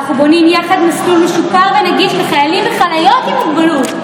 אנחנו בונים יחד מסלול משופר ונגיש לחיילים וחיילות עם מוגבלות.